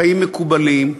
חיים מקובלים,